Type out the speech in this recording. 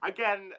Again